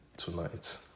tonight